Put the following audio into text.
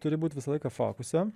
turi būt visą laiką fokuse